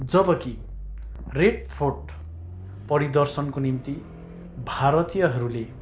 जब कि Red Fort परिदर्शनको निम्ति भारतीयहरूले